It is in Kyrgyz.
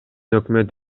өкмөт